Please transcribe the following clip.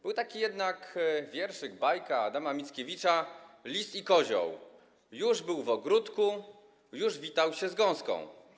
Był taki wierszyk, bajka Adama Mickiewicza „Lis i kozioł”: „Już był w ogródku, już witał się z gąską”